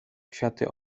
kwiaty